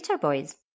Boys